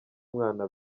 mwana